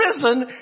prison